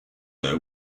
her